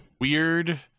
weird